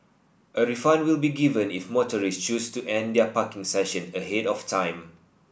a refund will be given if motorists choose to end their parking session ahead of time